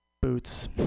Boots